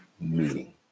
meeting